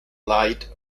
light